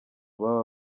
baba